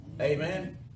Amen